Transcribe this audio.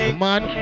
man